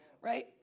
right